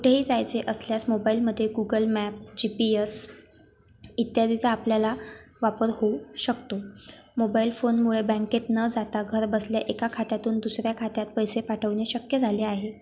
कुठेही जायचे असल्यास मोबाईलमध्ये Google map G P S इत्यादीचा आपल्याला वापर होऊ शकतो मोबाईल फोनमुळे बँकेत न जाता घरबसल्या एका खात्यातून दुसऱ्या खात्यात पैसे पाठवणे शक्य झाले आहे